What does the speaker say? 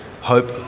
hope